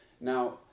Now